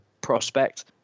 prospect